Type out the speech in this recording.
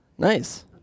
Nice